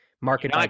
market